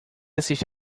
assiste